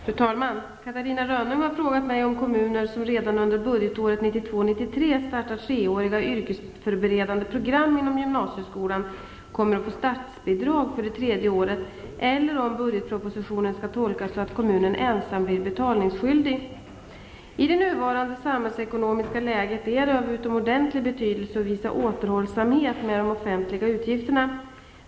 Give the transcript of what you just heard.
Fru talman! Catarina Rönnung har frågat mig om kommuner som redan under budgetåret 1992/93 startar treåriga yrkesförberedande program inom gymnasieskolan kommer att få statsbidrag för det tredje året eller om budgetpropositionen skall tolkas så att kommunen ensam blir betalningsskyldig. I det nuvarande samhällsekonomiska läget är det av utomordentlig betydelse att visa återhållsamhet med de offentliga utgifterna.